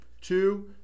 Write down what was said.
Two